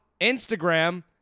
Instagram